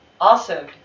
awesome